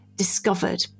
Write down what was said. discovered